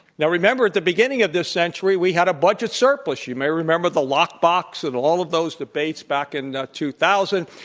now, remember at the beginning of this century, we had a budget surplus. you may remember the lockbox and all of those debates back in and ah two thousand.